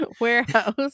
warehouse